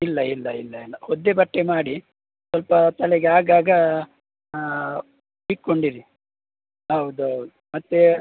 ಇಲ್ಲ ಇಲ್ಲ ಇಲ್ಲ ಇಲ್ಲ ಒದ್ದೆ ಬಟ್ಟೆ ಮಾಡಿ ಸ್ವಲ್ಪ ತಲೆಗೆ ಆಗಾಗ ಇಟ್ಕೊಂಡಿರಿ ಹೌದು ಹೌದು ಮತ್ತೆ